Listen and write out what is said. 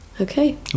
Okay